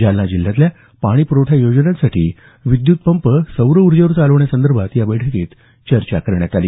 जालना जिल्ह्यातल्या पाणी प्रवठा योजनांसाठी विद्युत पंप सौर ऊर्जेवर चालवण्यासंदर्भात या बैठकीत चर्चा करण्यात आली